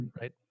right